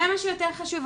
זה משהו יותר חשוב,